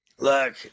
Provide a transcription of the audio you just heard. Look